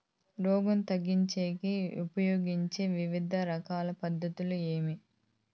రోగం తగ్గించేకి ఉపయోగించే వివిధ రకాల పద్ధతులు ఏమి?